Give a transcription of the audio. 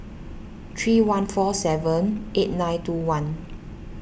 three one four seven eight nine two one